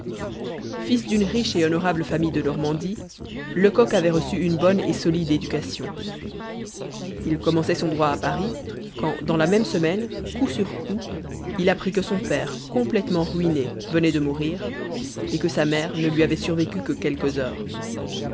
fils d'une riche et honorable famille de normandie lecoq avait reçu une bonne et solide éducation il commençait son droit à paris quand dans la même semaine coup sur coup il apprit que son père complètement ruiné venait de mourir et que sa mère ne lui avait survécu que quelques heures